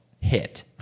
hit